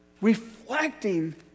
Reflecting